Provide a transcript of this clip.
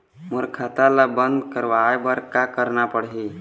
मोर खाता ला बंद करवाए बर का करना पड़ही?